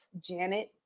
Janet